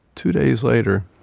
two days later,